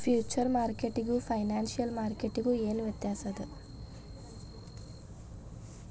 Future ಮಾರ್ಕೆಟಿಗೂ financial ಮಾರ್ಕೆಟಿಗೂ ಏನ್ ವ್ಯತ್ಯಾಸದ?